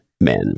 men